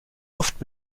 oft